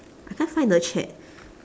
I can't find the chat